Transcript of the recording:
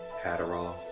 Adderall